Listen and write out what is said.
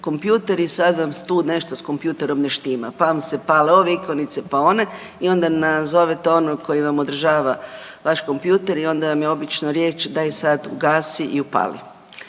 kompjuter i sad vam tu nešto s kompjuterom ne štima pa vam se pale ove ikonice, pa one i onda nazovete onog koji vam održava vaš kompjuter i onda vam je obično riječ daj sad ugasi i upali.